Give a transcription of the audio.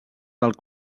del